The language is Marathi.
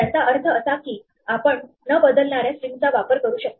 याचा अर्थ असा की आपण न बदलणाऱ्या स्ट्रिंगचा वापर करू शकता